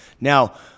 Now